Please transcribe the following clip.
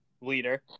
leader